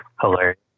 hilarious